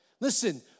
Listen